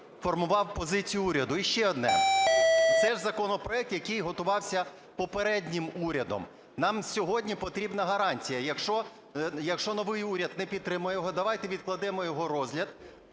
формував позицію уряду. І ще одне. Це ж законопроект, який готувався попереднім урядом, нам сьогодні потрібна гарантія: якщо новий уряд не підтримає його, давайте відкладемо його розгляд